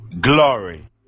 glory